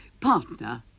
partner